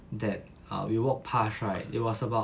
that err we walked pass right it was about